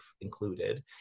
included